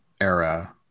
era